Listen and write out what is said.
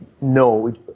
No